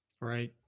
Right